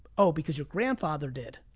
oh, because your grandfather did,